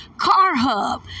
carhub